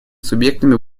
субъектами